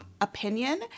opinion